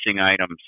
items